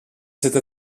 cette